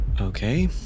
Okay